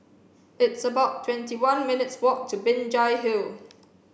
it's about twenty one minutes' walk to Binjai Hill